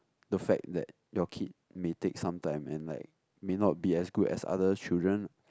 the fact that your kid may take some time and like may not be as good as other children